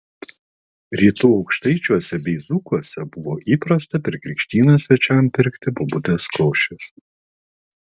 rytų aukštaičiuose bei dzūkuose buvo įprasta per krikštynas svečiams pirkti bobutės košės